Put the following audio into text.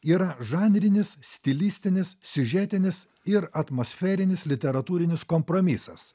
yra žanrinis stilistinis siužetinis ir atmosferinis literatūrinis kompromisas